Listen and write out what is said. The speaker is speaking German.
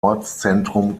ortszentrum